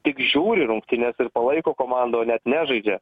tik žiūri rungtynes ir palaiko komandą o net nežaidžia